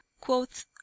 Quoth